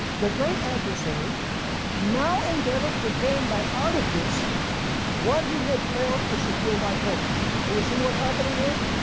the great adversary now endeavored to gain by artifice what he had failed to secure by force. are you seeing what's happening here?